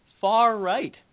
far-right